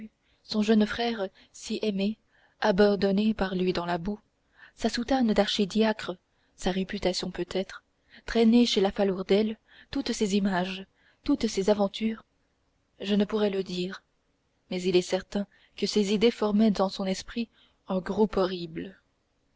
son jeune frère si aimé abandonné par lui dans la boue sa soutane d'archidiacre sa réputation peut-être traînée chez la falourdel toutes ces images toutes ces aventures je ne pourrais le dire mais il est certain que ces idées formaient dans son esprit un groupe horrible